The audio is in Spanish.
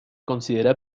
considera